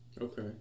Okay